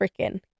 freaking